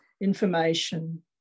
information